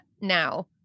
now